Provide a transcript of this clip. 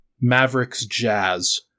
Mavericks-Jazz